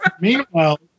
Meanwhile